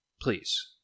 Please